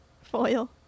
foil